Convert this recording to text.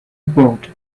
boat